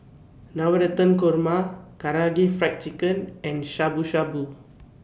Navratan Korma Karaage Fried Chicken and Shabu Shabu